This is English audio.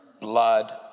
blood